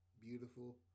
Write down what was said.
beautiful